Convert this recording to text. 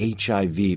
HIV